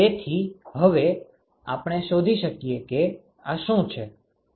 તેથી હવે આપણે શોધી શકીએ કે આ શું છે